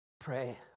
pray